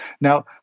Now